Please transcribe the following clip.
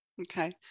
Okay